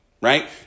right